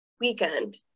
weekend